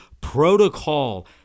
protocol